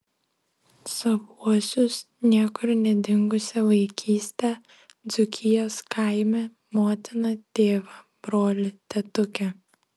savuosius niekur nedingusią vaikystę dzūkijos kaime motiną tėvą brolį tetukę